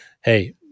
hey